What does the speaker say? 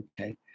Okay